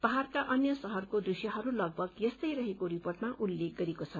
पहाड़का अन्य शहरको दृश्यहरू लगभग यस्तै रहेको रिपोर्टमा उल्लेख गरिएको छ